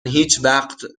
هیچوقت